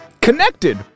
Connected